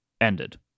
ended